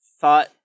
thought